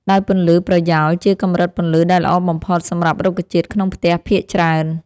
ដោយពន្លឺប្រយោល ជាកម្រិតពន្លឺដែលល្អបំផុតសម្រាប់រុក្ខជាតិក្នុងផ្ទះភាគច្រើន។